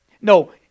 No